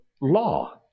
law